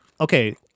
Okay